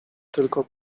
tylko